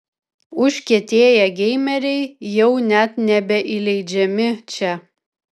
užkietėję geimeriai jau net nebeįleidžiami čia